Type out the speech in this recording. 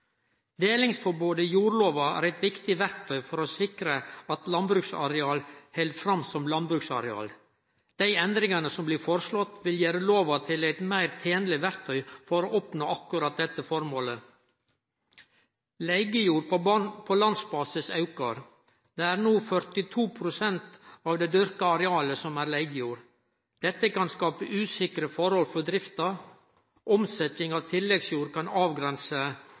Delingsforbodet i jordlova er eit viktig verktøy for å sikre at landbruksareal held fram som landbruksareal. Dei endringane som blir foreslåtte, vil gjere lova til eit meir tenleg verktøy for å oppnå nettopp dette. Leigejord på landsbasis aukar. Det er no 42 pst. av det dyrka arealet. Dette kan skape usikre forhold for drifta. Omsetjing av tilleggsjord kan avgrense